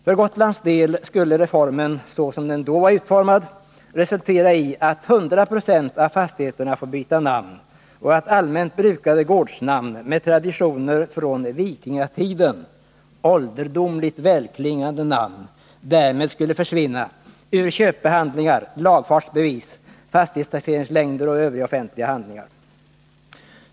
För Gotlands del skulle reformen, såsom förslaget då var utformat, resultera i att 100 26 av fastigheterna fått byta namn och att allmänt brukade gårdsnamn med traditioner från vikingatiden, ålderdomligt välklingande namn, därmed skulle försvinna ur köpehandlingar, lagfartsbevis, fastighetstaxeringslängder och övriga offentliga handlingar.